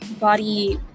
body